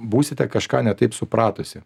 būsite kažką ne taip supratusi